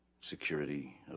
security